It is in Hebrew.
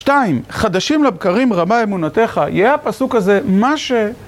שתיים, חדשים לבקרים רמה אמונתך, יהיה הפסוק הזה מה ש...